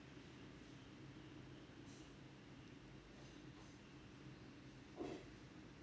oh